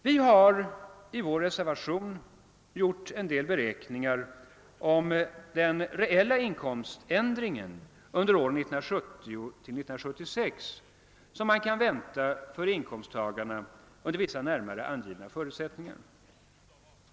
Vi har i vår reservation nr 5 vid bevillningsutskottets betänkande nr 40 gjort en del beräkningar om den reella inkomständringen under åren 1970— 1976 för inkomsttagarna under vissa närmare föregivna förutsättningar.